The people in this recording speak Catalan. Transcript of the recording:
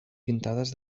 pintades